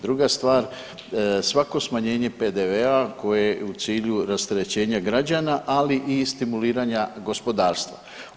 Druga stvar, svako smanjenje PDV-a koje je u cilju rasterećenja građana ali i stimuliranja gospodarstva.